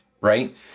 right